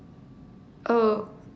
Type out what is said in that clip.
oh